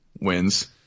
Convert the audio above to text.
wins